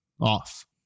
off